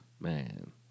Man